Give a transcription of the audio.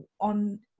on